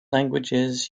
languages